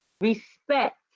respect